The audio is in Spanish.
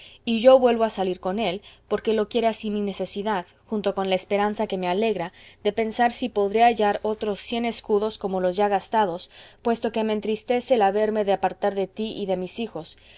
y yo vuelvo a salir con él porque lo quiere así mi necesidad junto con la esperanza que me alegra de pensar si podré hallar otros cien escudos como los ya gastados puesto que me entristece el haberme de apartar de ti y de mis hijos